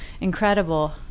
incredible